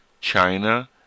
China